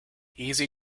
easy